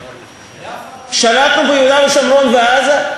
שלטנו ביהודה ושומרון ועזה?